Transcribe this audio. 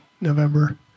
November